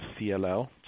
CLL